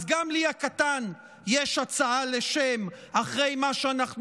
אז גם לי הקטן יש הצעה לשם אחרי מה שאנחנו